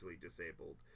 disabled